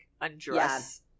undress